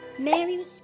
Mary